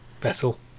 vessel